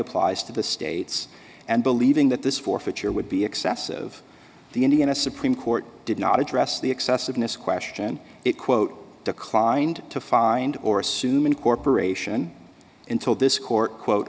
applies to the states and believing that this forfeiture would be excessive the indiana supreme court did not address the excessiveness question it quote declined to find or assume incorporation into this court quote